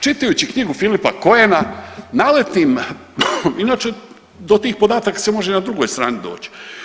Čitajući knjigu Filipa Khoena naletim inače do tih podataka se može i na drugoj strani doći.